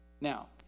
Now